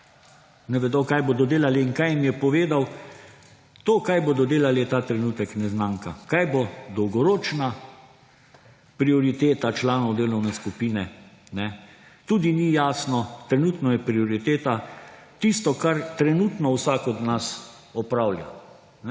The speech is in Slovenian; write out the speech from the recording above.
ne vedo, kaj bodo delali. In kaj jim je povedal? To, kaj bodo delali, je ta trenutek neznanka. Kaj bo dolgoročna prioriteta članov delovne skupine, tudi ni jasno. Trenutno je prioriteta tisto, kar trenutno vsak od nas opravlja.